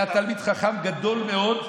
היה תלמיד חכם גדול מאוד,